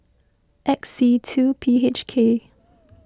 X C two P H K